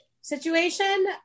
situation